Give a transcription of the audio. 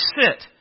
sit